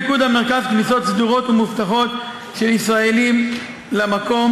פיקוד המרכז מקיים כניסות סדורות ומאובטחות של ישראלים למקום,